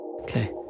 Okay